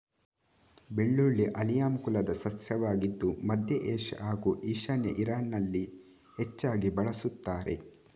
ಬೆಳ್ಳುಳ್ಳಿ ಆಲಿಯಮ್ ಕುಲದ ಸಸ್ಯವಾಗಿದ್ದು ಮಧ್ಯ ಏಷ್ಯಾ ಹಾಗೂ ಈಶಾನ್ಯ ಇರಾನಲ್ಲಿ ಹೆಚ್ಚಾಗಿ ಬಳಸುತ್ತಾರೆ